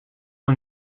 een